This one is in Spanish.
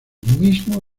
mismo